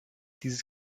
dieses